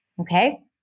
Okay